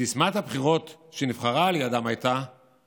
סיסמת הבחירות שנבחרה על ידם הייתה